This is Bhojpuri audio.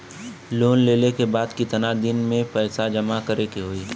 लोन लेले के बाद कितना दिन में पैसा जमा करे के होई?